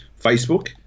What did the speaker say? Facebook